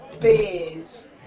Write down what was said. beers